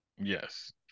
Yes